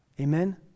Amen